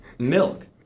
Milk